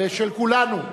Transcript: ושל כולנו,